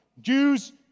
Jews